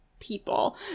people